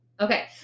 okay